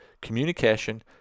communication